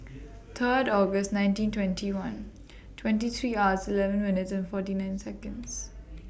Third August nineteen twenty one twenty three hours eleven minutes forty nine Seconds